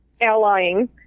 allying